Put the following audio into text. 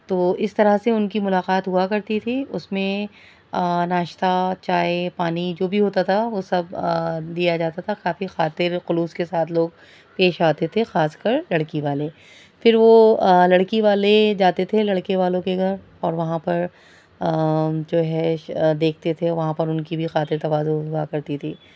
تو اس طرح سے ان کی ملاقات ہوا کرتی تھی اس میں ناشتہ چائے پانی جو بھی ہوتا تھا وہ سب دیا جاتا تھا کافی خاطر خلوص کے ساتھ لوگ پیش آتے تھے خاص کر لڑکی والے پھر وہ لڑکی والے جاتے تھے لڑکے والوں کے گھر اور وہاں پر جو ہے دیکھتے تھے وہاں پر ان کی بھی خاطر تواضع ہوا کرتی تھی